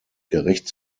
gerecht